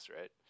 right